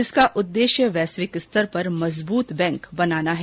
इसका उद्देश्य वैश्विक स्तर के मजबूत बैंक बनाना है